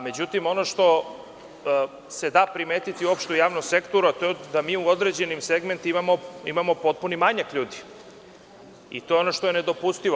Međutim, ono što se da primetiti uopšte u javnom sektoru, a to je da mi u određenim segmentima imamo potpuni manjak ljudi i to je ono što je nedopustivo.